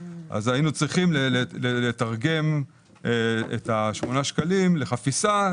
היינו צריכים לתרגם את שמונת השקלים לחפיסה,